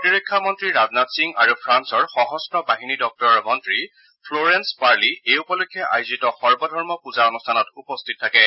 প্ৰতিৰক্ষা মন্ত্ৰী ৰাজনাথ সিং আৰু ফ্ৰান্সৰ সশস্ত্ৰ বাহিনী দপ্তৰৰ মন্ত্ৰী ফ্ল ৰেল পাৰ্লি এই উপলক্ষে আয়োজিত সৰ্বধৰ্ম পূজা অনুষ্ঠানত উপস্থিত থাকে